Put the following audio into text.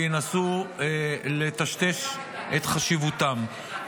זה מסוג הצעות החוק שיהיו הרבה ארגונים שינסו לטשטש את חשיבותן,